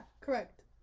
correct